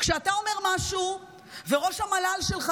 כשאתה אומר משהו וראש המל"ל שלך,